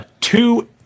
Two